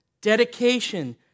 dedication